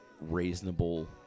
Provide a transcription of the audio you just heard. reasonable